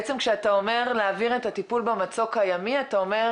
בעצם כשאתה אומר להעביר את הטיפול במצוק הימי אתה אומר: